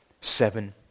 seven